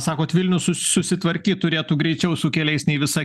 sakot vilnius susitvarkyt turėtų greičiau su keliais nei visa